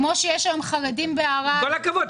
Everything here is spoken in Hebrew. כמו שיש היום חרדים בערד --- עם כל הכבוד,